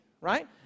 right